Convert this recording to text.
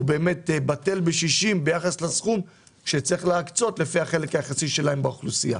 בטל בשישים ביחס לסכום שצריך להקצות לפי החלק היחסי שלהם באוכלוסייה.